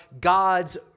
God's